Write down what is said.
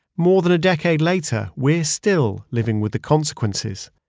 more than a decade later, we're still living with the consequences.